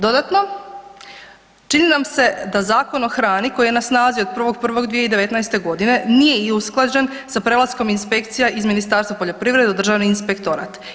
Dodatno, čini nam se da Zakon o hrani koji je na snazi od 1. 1. 2019. g. nije i usklađen sa prelaskom inspekcija iz Ministarstva poljoprivrede u Državni inspektorat.